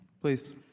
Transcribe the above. Please